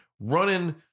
running